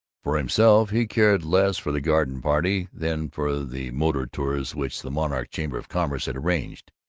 for himself he cared less for the garden party than for the motor tours which the monarch chamber of commerce had arranged.